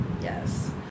Yes